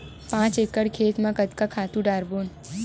पांच एकड़ खेत म कतका खातु डारबोन?